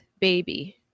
baby